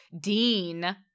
Dean